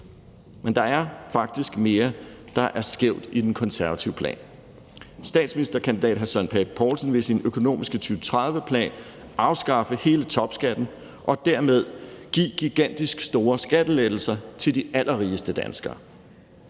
Men der er faktisk mere, der er skævt i den konservative plan. Statsministerkandidat hr. Søren Pape Poulsen vil med sin økonomiske 2030-plan afskaffe hele topskatten og dermed give gigantisk store skattelettelser til de allerrigeste danskere.